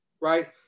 right